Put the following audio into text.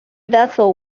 vessel